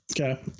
Okay